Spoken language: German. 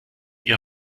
ihr